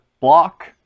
block